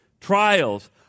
trials